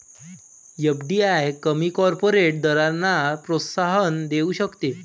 FDI कमी corporate दरांना प्रोत्साहन देऊ शकते